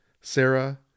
Sarah